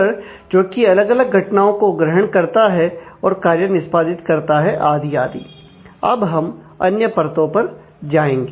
view जो की अलग अलग घटनाओं को ग्रहण करता है और कार्य निष्पादित करता है आदि आदि अब हम अन्य परतो पर जाएंगे